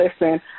listen